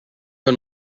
que